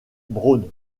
brown